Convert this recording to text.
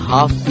Half